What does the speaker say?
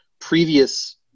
previous